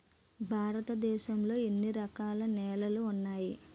భారతదేశం లో ఎన్ని రకాల నేలలు ఉన్నాయి?